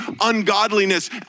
ungodliness